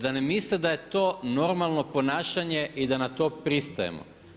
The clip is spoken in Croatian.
Da ne misle da je to normalno ponašanje i da na to pristajemo.